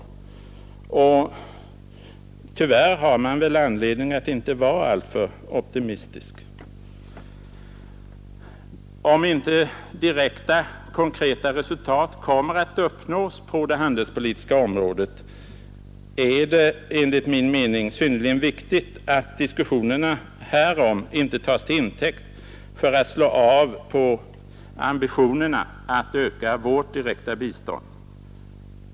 Tyvärr har man väl anledning att inte vara alltför optimistisk. Om inte direkta, konkreta resultat kommer att uppnås på det handelspolitiska området är det enligt min mening synnerligen viktigt att diskussionerna härom inte tas till intäkt för att slå av på ambitionen att öka vårt direkta bistånd.